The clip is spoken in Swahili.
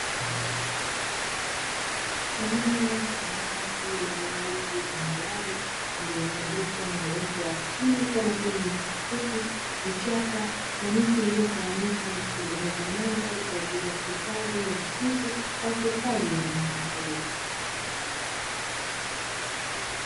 Eneo la wazi lenye ardhi tambarare iliyo zungukwa na uoto wa asili kama vile nyasi fupi, vichaka na miti iliyo tawanyika kutengeneza mandhari kwa ajili ya hifadhi ya msitu au hifadhi ya wanyama pori.